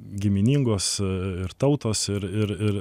giminingos ir tautos ir ir ir